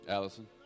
Allison